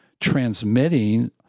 transmitting